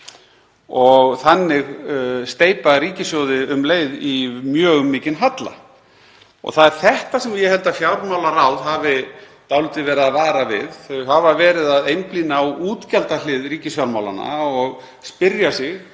og þannig steypa ríkissjóði um leið í mjög mikinn halla. Það er þetta sem ég held að fjármálaráð hafi dálítið verið að vara við. Þau hafa verið að einblína á útgjaldahlið ríkisfjármálanna og spyrja sig